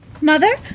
Mother